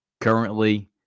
currently